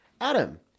Adam